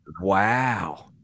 Wow